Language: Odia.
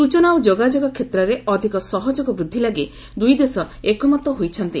ସୂଚନା ଓ ଯୋଗାଯୋଗ କ୍ଷେତ୍ରରେ ଅଧିକ ସହଯୋଗ ବୃଦ୍ଧି ଲାଗି ଦୁଇ ଦେଶ ଏକମତ ହୋଇଛନ୍ତି